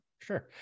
Sure